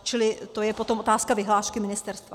Čili to je potom otázka vyhlášky ministerstva.